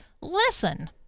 listen